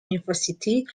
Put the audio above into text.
university